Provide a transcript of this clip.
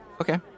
Okay